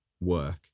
work